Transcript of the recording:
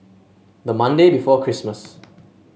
the Monday before Christmas